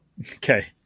Okay